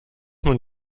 man